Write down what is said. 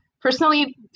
personally